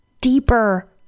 deeper